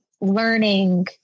learning